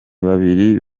babiri